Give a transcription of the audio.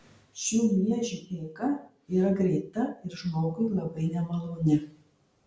šių miežių eiga yra greita ir žmogui labai nemaloni